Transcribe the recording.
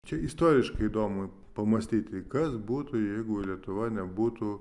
čia istoriškai įdomu pamąstyti kas būtų jeigu lietuva nebūtų